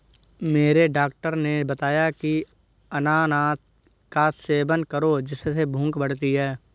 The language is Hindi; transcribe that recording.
मेरे डॉक्टर ने बताया की अनानास का सेवन करो जिससे भूख बढ़ती है